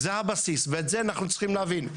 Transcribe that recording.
זה הבסיס, ואת זה אנחנו צריכים להבין.